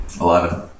Eleven